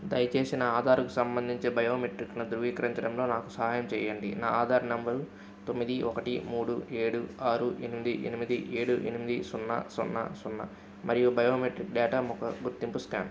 దయచేసి నా ఆధార్కు సంబంధించిన బయోమెట్రిక్ను ధృవీకరించడంలో నాకు సహాయం చెయ్యండి నా ఆధార నంబరు తొమ్మిది ఒకటి మూడు ఏడు మూడు ఏడు ఎనిమిది ఎనిమిది ఏడు ఎనిమిది సున్నా సున్నా సున్నా మరియు బయోమెట్రిక్ డేటా ముఖ గుర్తింపు స్కాన్